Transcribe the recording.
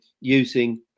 using